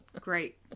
Great